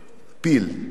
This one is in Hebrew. פיל.